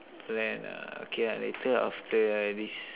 then uh okay ah later after this